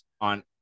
on